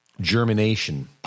germination